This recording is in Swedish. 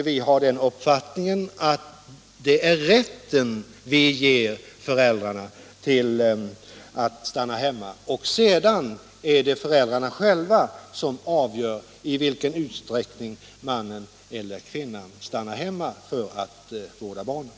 Vi har den uppfattningen att vi skall ge föräldrarna rätten att stanna hemma för att vårda barnen men att föräldrarna själva skall avgöra i vilken utsträckning mannen eller kvinnan skall göra det.